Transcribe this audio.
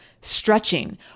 stretching